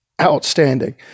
outstanding